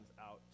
out